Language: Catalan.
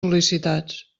sol·licitats